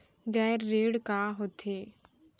गैर ऋण का होथे?